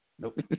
Nope